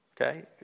Okay